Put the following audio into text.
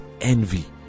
envy